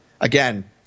Again